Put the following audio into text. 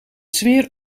sfeer